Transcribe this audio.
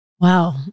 Wow